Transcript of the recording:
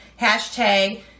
hashtag